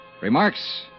Remarks